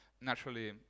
Naturally